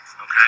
Okay